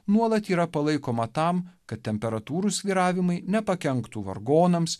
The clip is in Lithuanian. nuolat yra palaikoma tam kad temperatūrų svyravimai nepakenktų vargonams